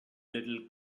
little